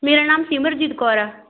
ਮੇਰਾ ਨਾਮ ਸਿਮਰਜੀਤ ਕੌਰ ਆ